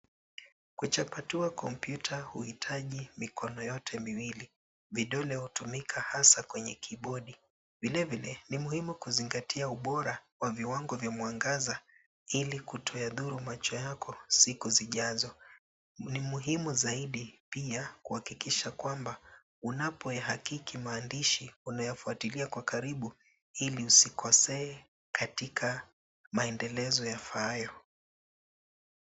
Kuchakatua kompyuta huhitaji mikono yote miwili. Vidole hutumika hasa kwenye kibodi. Vilevile ni muhimu kuzingatia ubora wa mwangaza ili kutoyadhuru macho yako siku zijazo. Ni muhimu zaidi pia kuhakikisha kwamba unapoyahakiki maandishi unayafuatilia kwa karibu ili usikosee katika maendelezo yafaayo.